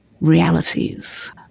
realities